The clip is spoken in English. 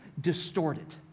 distorted